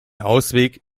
ausweg